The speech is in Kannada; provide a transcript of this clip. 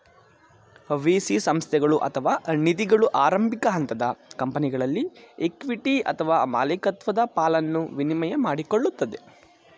ವಿ.ಸಿ ಸಂಸ್ಥೆಗಳು ಅಥವಾ ನಿಧಿಗಳು ಆರಂಭಿಕ ಹಂತದ ಕಂಪನಿಗಳಲ್ಲಿ ಇಕ್ವಿಟಿ ಅಥವಾ ಮಾಲಿಕತ್ವದ ಪಾಲನ್ನ ವಿನಿಮಯ ಮಾಡಿಕೊಳ್ಳುತ್ತದೆ